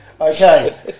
okay